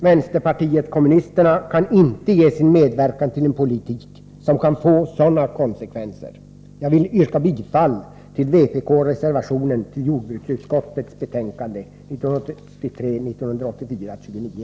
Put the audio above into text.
Vänsterpartiet kommunisterna kan inte ge sin medverkan till en politik som kan få sådana konsekvenser. Jag yrkar bifall till vpk-reservationen i jordbruksutskottets betänkande 1983/84:29.